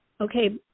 okay